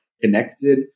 connected